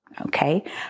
okay